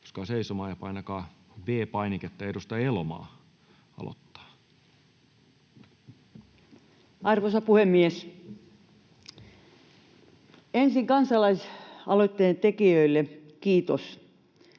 nouskaa seisomaan ja painakaa V-painiketta. — Edustaja Elomaa aloittaa. Arvoisa puhemies! Ensin kansalaisaloitteen tekijöille kiitos. Kun